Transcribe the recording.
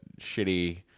shitty